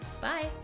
bye